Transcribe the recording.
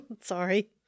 Sorry